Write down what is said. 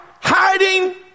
hiding